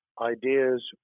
ideas